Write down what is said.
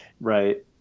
Right